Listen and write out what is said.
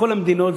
בכל המדינות,